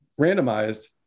randomized